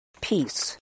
peace